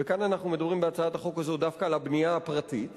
וכאן אנחנו מדברים בהצעת החוק הזאת דווקא על הבנייה הפרטית